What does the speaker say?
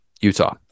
Utah